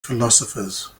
philosophers